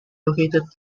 located